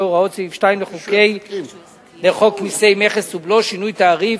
הוראות סעיף 2 לחוק מסי מכס ובלו (שינוי תעריף),